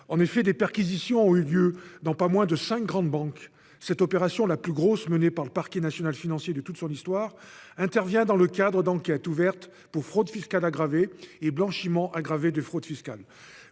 En effet, des perquisitions ont eu lieu dans pas moins de cinq grandes banques. Cette opération, la plus importante menée par le parquet national financier de toute son histoire, intervient dans le cadre d'enquêtes ouvertes pour fraude fiscale aggravée et blanchiment aggravé de fraude fiscale.